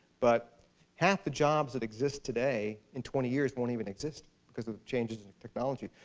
but half the jobs that exist today, in twenty years, won't even exist because of changes in technology.